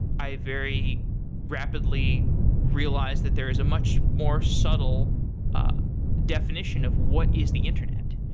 i very rapidly realized that there is a much more subtle ah definition of what is the internet.